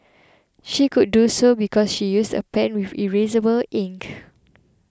she could do so because she used a pen with erasable ink